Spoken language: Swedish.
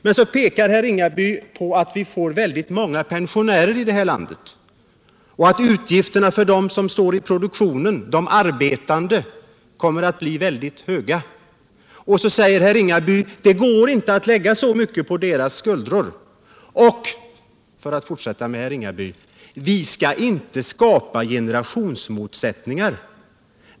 Men så pekar herr Ringaby på att vi kommer att få väldigt många pensionärer i detta land och att utgifterna för dem som står i produktionen, de arbetande, kommer att bli väldigt höga. Vidare säger herr Ringaby att det inte går att lägga så mycket på de arbetandes skuldror och att vi inte skall skapa generationsmotsättningar.